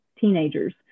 teenagers